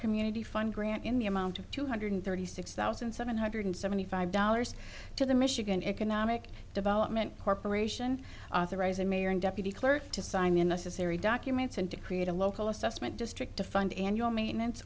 community fund grant in the amount of two hundred thirty six thousand seven hundred seventy five dollars to the michigan economic development corporation authorizing mayor and deputy clerk to sign in a series documents and to create a local assessment district to fund annual maintenance